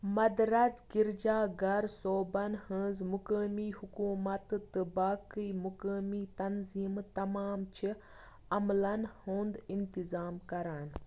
مدرَس گِرجا گر صوٗبن ہٕنٛزٕ مُقٲمی حُکوٗمتہٕ تہٕ باقٕے مُقٲمی تنٛظیٖمہٕ تمام چھِ عملن ہُنٛد اِنتِظام کَران